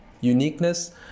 uniqueness